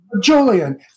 Julian